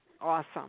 Awesome